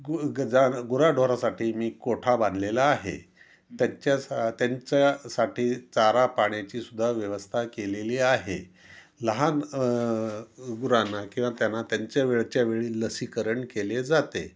गु गजान गुराढोरासाठी मी कोठा बांधलेला आहे त्याच्यासा त्यांच्यासाठी चारापाण्याची सुद्धा व्यवस्था केलेली आहे लहान गुरांना किंवा त्यांना त्यांच्या वेळच्यावेळी लसीकरण केले जाते